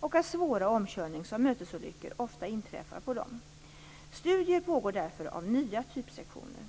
och att svåra omkörnings och mötesolyckor ofta inträffar på dem. Studier pågår därför av nya typsektioner.